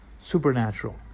supernatural